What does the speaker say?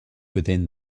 within